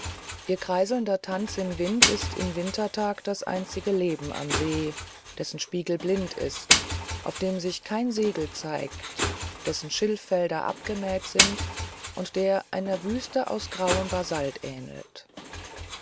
ihr kreiselnder tanz im wind ist im wintertag das einzige leben am see dessen spiegel blind ist auf dem sich kein segel zeigt dessen schilffelder abgemäht sind und der einer wüste aus grauem basalt ähnelt